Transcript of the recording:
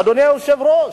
אדוני היושב-ראש,